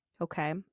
Okay